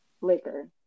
liquor